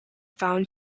found